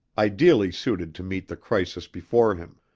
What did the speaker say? ideally suited to meet the crisis before him.